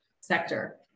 sector